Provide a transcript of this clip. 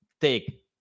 take